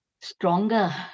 Stronger